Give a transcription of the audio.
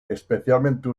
especialmente